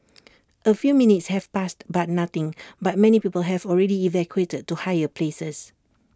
A few minutes have passed but nothing but many people have already evacuated to higher places